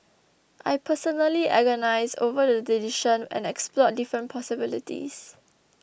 I personally agonised over the decision and explored different possibilities